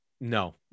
no